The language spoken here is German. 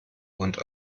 und